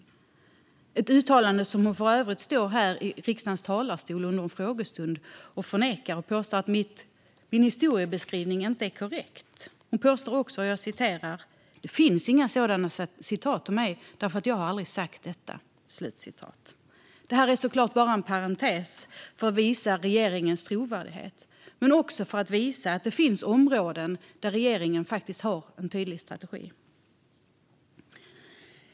Detta uttalande förnekade hon för övrigt i riksdagens talarstol under en frågestund och sa att min historieskrivning inte var korrekt och att det inte fanns något sådant citat eftersom hon aldrig hade sagt det. Detta är såklart bara en parentes för att visa regeringens trovärdighet. Men det visar också att det finns områden där regeringen har en tydlig strategi.